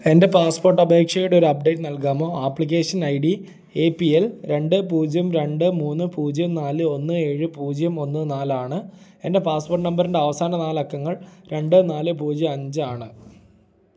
എൻ്റെ പാസ്പോർട്ട് അപേക്ഷയുടെ ഒരു അപ്ഡേറ്റ് നൽകാമോ application I D A P L രണ്ട് പൂജ്യം രണ്ട് മൂന്ന് പൂജ്യം നാല് ഒന്ന് ഏഴ് പൂജ്യം ഒന്ന് നാലാണ് എൻ്റെ പാസ്പോർട്ട് നമ്പറിൻ്റെ അവസാന നാലക്കങ്ങൾ രണ്ട് നാല് പൂജ്യം അഞ്ചാണ്